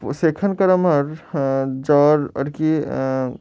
সেখাঙ্কার আমার জঁর আর কি